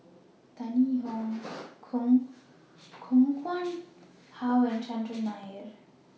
Tan Yee Hong Koh Nguang How and Chandran Nair